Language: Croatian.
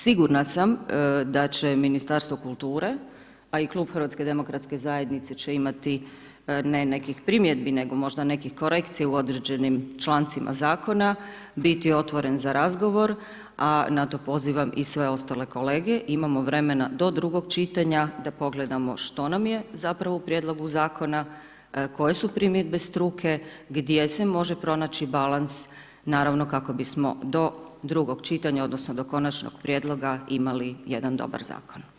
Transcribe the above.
Sigurna sam da će Ministarstvo kulture a i Klub HDZ-a će imati ne nekih primjedbi, nego možda nekih korekcija u određenim člancima zakona biti otvoren za razgovor a na to pozivam i sve ostale kolege, imamo vremena do drugog čitanja da pogledamo što nam je zapravo u prijedlogu zakona, koje su primjedbe struke, gdje se može pronači balans naravno kako bismo do drugog čitanja, odnosno do konačnog prijedloga imali jedan dobar zakon.